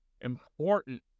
important